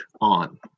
on